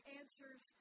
answers